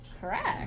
correct